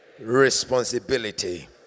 responsibility